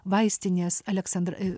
vaistinės aleksandra